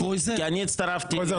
כי אני הצטרפתי.